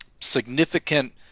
significant